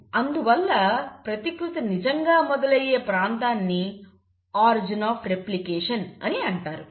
అందువల్ల ప్రతికృతి నిజంగా మొదలయ్యే ప్రాంతాన్ని ఆరిజిన్ ఆఫ్ రెప్లికేషన్ అని అంటారు